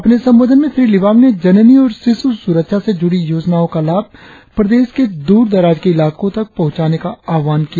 अपने संबोधन में श्री लिबांग ने जननी और शिशु सुरक्षा से जुड़ी योजना का लाभ प्रदेश के दूरदराज के इलाकों तक पहुंचाने का आह्वान किया